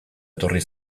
etorri